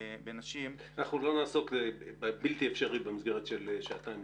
אנחנו לא נעסוק בבלתי אפשרי במסגרת של שעתיים.